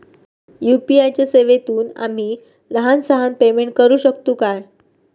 UPI च्या सेवेतून आम्ही लहान सहान पेमेंट करू शकतू काय?